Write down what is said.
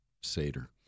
Seder